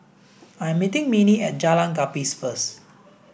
I'm meeting Minnie at Jalan Gapis first